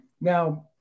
Now